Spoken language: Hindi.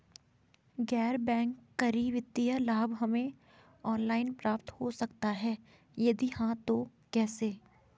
गैर बैंक करी वित्तीय लाभ हमें ऑनलाइन प्राप्त हो सकता है यदि हाँ तो कैसे?